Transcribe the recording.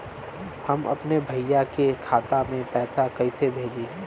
हम अपने भईया के खाता में पैसा कईसे भेजी?